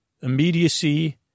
immediacy